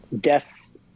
Death